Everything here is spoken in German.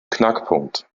knackpunkt